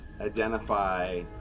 Identify